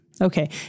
Okay